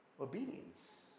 obedience